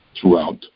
throughout